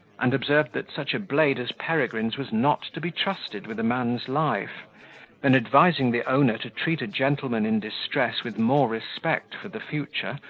and observed that such a blade as peregrine's was not to be trusted with a man's life then advising the owner to treat a gentleman in distress with more respect for the future,